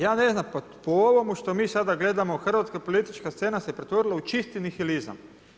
Ja ne znam, po ovome što mi sada gledamo, hrvatska politička scena se pretvorila u čisti nihilizam.